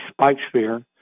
Spikesphere